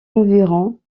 environ